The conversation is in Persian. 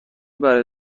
برای